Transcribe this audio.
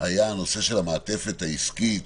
היה הנושא של המעטפת העסקית.